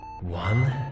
One